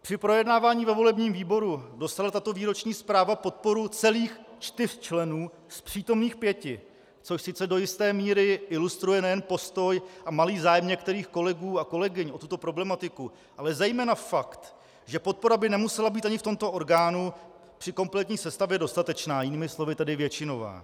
Při projednávání ve volebním výboru dostala tato výroční zpráva podporu celých čtyř členů z přítomných pěti, což sice do jisté míry ilustruje nejen postoj a malý zájem některých kolegů a kolegyň o tuto problematiku, ale zejména fakt, že podpora by nemusela být ani v tomto orgánu při kompletní sestavě dostatečná, jinými slovy tedy většinová.